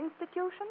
institution